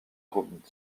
groupe